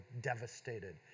devastated